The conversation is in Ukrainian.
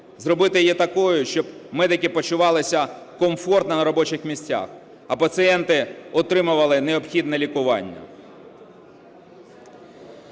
зробити її такою, щоб медики почувалися комфортно на робочих місцях, а пацієнти отримували необхідне лікування.